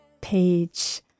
page